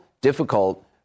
difficult